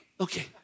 okay